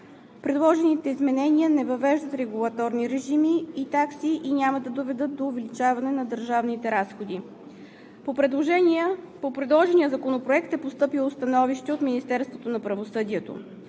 Предложените изменения не въвеждат регулаторни режими и такси и няма да доведат до увеличаване на държавните разходи. По предложения Законопроект е постъпило Становище от Министерството на правосъдието.